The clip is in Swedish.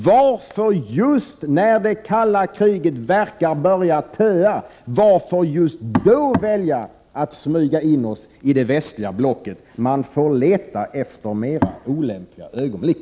Varför välja att smyga in Sverige i det västliga blocket just när det kalla kriget verkar börja töa? Man får leta efter mera olämpliga ögonblick.